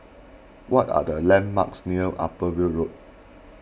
what are the landmarks near Upper Weld Road